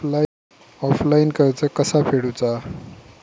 Offline कर्ज कसा फेडूचा?